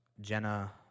Jenna